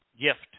gift